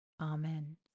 Amen